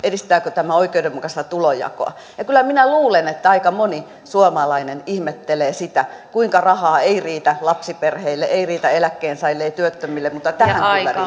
siitä edistääkö tämä oikeudenmukaista tulonjakoa ja kyllä minä luulen että aika moni suomalainen ihmettelee sitä kuinka rahaa ei riitä lapsiperheille ei riitä eläkkeensaajille ei työttömille mutta tähän